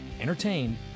entertained